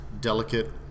delicate